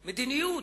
מדיניות,